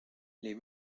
les